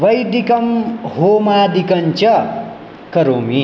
वैदिकं होमादिकञ्च करोमि